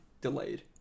delayed